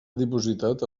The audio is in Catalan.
dipositat